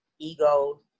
Ego